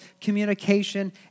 communication